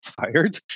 tired